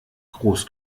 groß